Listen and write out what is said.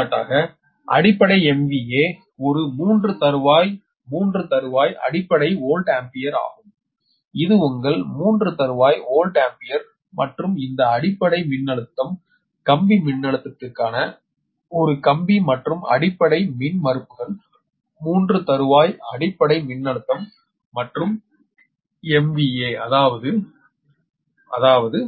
எடுத்துக்காட்டாக அடிப்படை MVA ஒரு 3 தறுவாய் 3 தறுவாய் அடிப்படை வோல்ட் ஆம்பியர் ஆகும் இது உங்கள் 3 தறுவாய் வோல்ட் ஆம்பியர் மற்றும் இந்த அடிப்படை மின்னழுத்தம் கம்பி மின்னழுத்தத்திற்கான ஒரு கம்பி மற்றும் அடிப்படை மின்மறுப்புகள் 3 தறுவாய் அடிப்படை மின்னழுத்தம் மற்றும் MVA அதாவது அதாவது